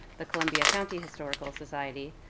the columbia county historical society,